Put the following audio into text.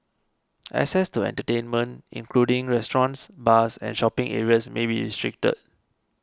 access to entertainment including restaurants bars and shopping areas may be restricted